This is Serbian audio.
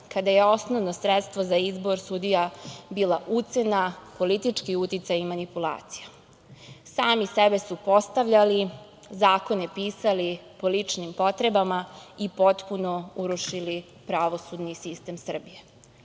kada je osnovno sredstvo za izbor sudija bila ucena, politički uticaj i manipulacija. Sami sebe su postavljali, zakone pisali po ličnim potrebama i potpuno urušili pravosudni sistem Srbije.U